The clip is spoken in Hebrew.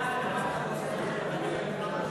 להעביר את הצעת חוק קביעת הזמן (תיקון מס'